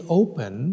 open